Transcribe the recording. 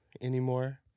anymore